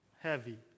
heavy